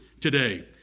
today